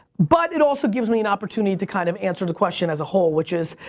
but it also gives me an opportunity to kind of answer the question as a whole, which is,